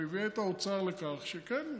אבל היא הביאה את האוצר לכך שנתן